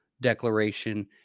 Declaration